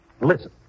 Listen